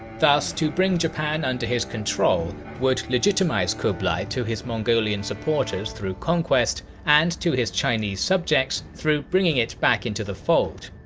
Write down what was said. thus, to bring japan under his control would legitimize kublai to his mongolian supporters through conquest, and to his chinese subjects through bringing it back into the fold.